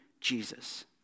Jesus